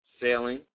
sailing